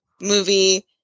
movie